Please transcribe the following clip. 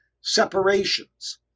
separations